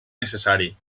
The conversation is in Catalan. necessari